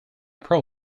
pro